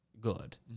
good